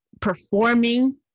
performing